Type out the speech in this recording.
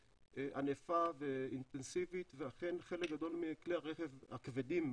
ענפה ואינטנסיבית ואכן חלק גדול מכלי הרכב הכבדים,